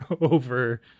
over